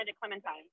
clementine